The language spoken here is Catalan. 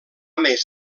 més